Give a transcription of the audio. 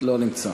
לא נמצא.